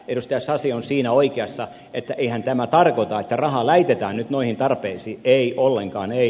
edustaja sasi on siinä oikeassa että eihän tämä tarkoita että rahaa laitetaan nyt noihin tarpeisiin ei ollenkaan ei